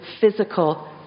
physical